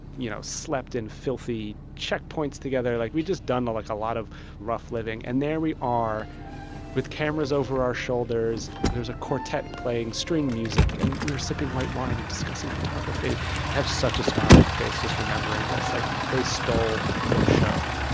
you know, slept in filthy checkpoints together. like, we'd just done, like, a lot of rough living. and there we are with cameras over our shoulders. there's a quartet playing string music, and we're sipping white wine and discussing photography. i have such a smile on my face just remembering this. like, they stole the show.